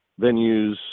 venues